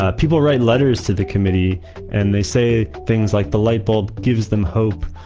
ah people write letters to the committee and they say things like the light bulb gives them hope,